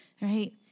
right